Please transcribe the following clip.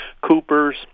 Cooper's